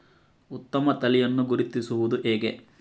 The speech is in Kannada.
ಉತ್ತಮ ತಳಿಯನ್ನು ಗುರುತಿಸುವುದು ಹೇಗೆ?